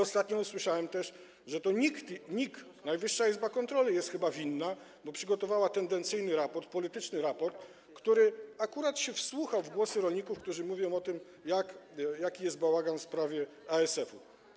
Ostatnio usłyszałem, że to NIK, Najwyższa Izba Kontroli jest chyba winna, bo przygotowała tendencyjny raport, polityczny raport, którego autor akurat się wsłuchał w głosy rolników, którzy mówią o tym, jaki jest bałagan w sprawie ASF.